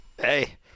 Hey